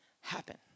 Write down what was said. happen